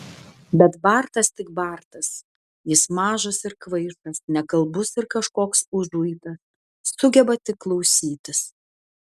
bet bartas tik bartas jis mažas ir kvaišas nekalbus ir kažkoks užuitas sugeba tik klausytis